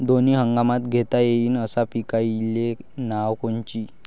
दोनी हंगामात घेता येईन अशा पिकाइची नावं कोनची?